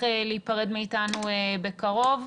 להיפרד מאתנו בקרוב.